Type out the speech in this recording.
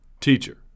Teacher